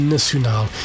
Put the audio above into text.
Nacional